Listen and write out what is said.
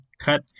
cut